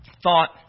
thought